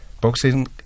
boxing